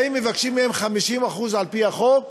באים ומבקשים מהם 50% על-פי החוק,